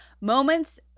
Moments